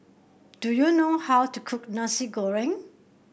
do you know how to cook Nasi Goreng